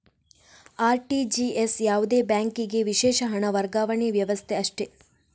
RTGS ಯಾವುದೇ ಬ್ಯಾಂಕಿಗೆ ವಿಶೇಷ ಹಣ ವರ್ಗಾವಣೆ ವ್ಯವಸ್ಥೆ ಅಷ್ಟೇ